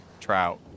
trout